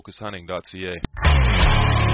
focushunting.ca